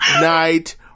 night